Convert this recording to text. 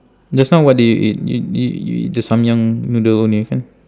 just now what did you eat y~ y~ you eat the samyang noodle only kan